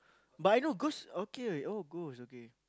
but I know ghost okay with all ghost is okay